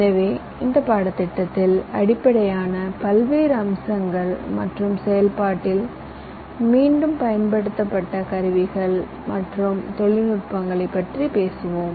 எனவே இந்த பாடத்திட்டத்தில் அடிப்படையான பல்வேறு அம்சங்கள் மற்றும் செயல்பாட்டில் மீண்டும் பயன்படுத்தப்பட்ட கருவிகள் மற்றும் தொழில்நுட்பங்களைப் பற்றி பேசுவோம்